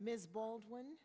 ms baldwin